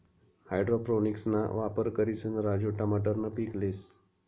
हाइड्रोपोनिक्सना वापर करिसन राजू टमाटरनं पीक लेस